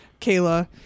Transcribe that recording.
Kayla